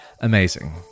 amazing